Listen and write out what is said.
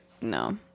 No